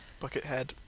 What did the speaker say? Buckethead